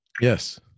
Yes